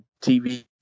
TV